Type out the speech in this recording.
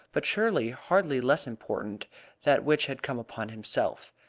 but surely hardly less important that which had come upon himself.